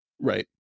Right